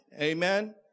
Amen